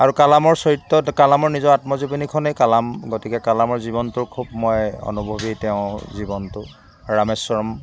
আৰু কালামৰ চৰিত্ৰত কালামৰ নিজৰ আত্মজীৱনী খনেই কালাম গতিকে কালামৰ জীৱনটো খুব মই অনুভৱী তেওঁ জীৱনটো ৰামেশ্বৰম